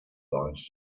vines